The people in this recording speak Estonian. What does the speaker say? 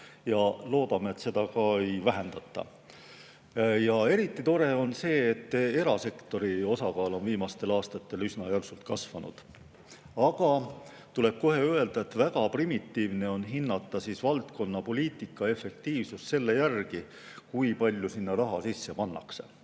Ja loodame, et seda ka ei vähendata. Ja eriti tore on see, et erasektori osakaal on viimastel aastatel üsna järsult kasvanud. Aga tuleb kohe öelda, et väga primitiivne on hinnata valdkonna poliitika efektiivsust selle järgi, kui palju sinna raha sisse pannakse.